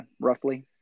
roughly